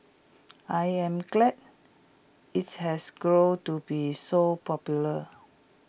I am glad its has grown to be so popular